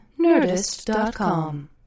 Nerdist.com